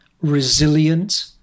resilient